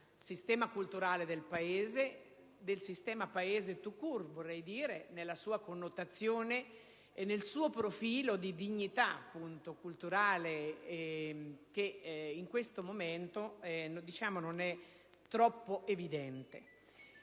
sistema culturale del Paese, del sistema Paese *tout court*, nella sua connotazione e nel suo profilo di dignità culturale, che in questo momento non è troppo evidente.